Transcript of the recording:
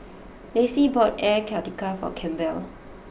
Lacy bought Air Karthira for Campbell